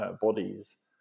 bodies